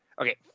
Okay